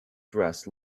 dress